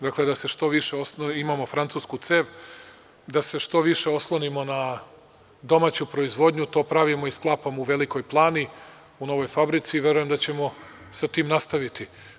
Dakle, da se što više, imamo francusku cev, da se što više oslonimo na domaću proizvodnju, to pravimo i sklapamo u Velikoj Plani, u novoj fabrici i verujem da ćemo sa time nastaviti.